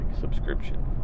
Subscription